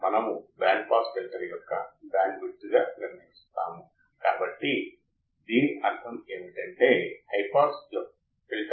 కాబట్టి అనంతమైన గైన్ నిరుపయోగంగా ఉంటుంది ఒక్క స్వీయ నియంత్రిత ప్రతికూల ఫీడ్బ్యాక్ లో తప్ప